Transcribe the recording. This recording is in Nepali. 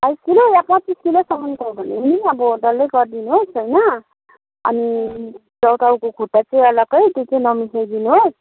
बाइस किलो या पच्चिस किलोसम्मको हो भने नि डल्लै गरिदिनुहोस् होइन अनि टाउको खुट्टा चाहिँ अलग्गै त्यो चाहिँ नमिसाई दिनुहोस्